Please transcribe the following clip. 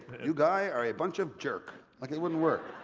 you guy are a bunch of jerk. like it wouldn't work.